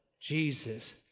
Jesus